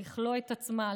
לכלוא את עצמה,